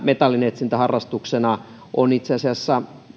metallinetsintä harrastuksena on itse asiassa